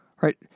Right